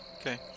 Okay